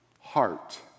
heart